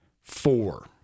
four